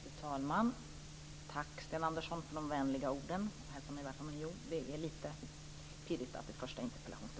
Fru talman! Tack, Sten Andersson, för de vänliga orden när du hälsade mig välkommen. Det är litet pirrigt att det är första interpellationsdebatten.